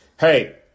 hey